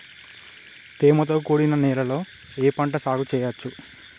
తేమతో కూడిన నేలలో ఏ పంట సాగు చేయచ్చు?